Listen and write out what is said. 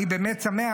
אני באמת שמח.